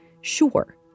Sure